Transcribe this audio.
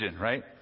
right